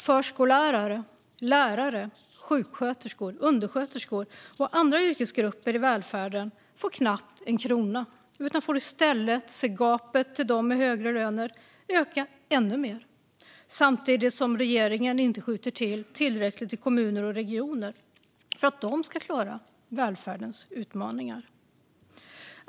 Förskollärare, lärare, sjuksköterskor, undersköterskor och andra yrkesgrupper i välfärden får knappt en krona utan får i stället se gapet till dem med högre löner öka ännu mer, samtidigt som regeringen inte skjuter till tillräckligt till kommuner och regioner för att de ska klara välfärdens utmaningar.